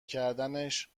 کردنش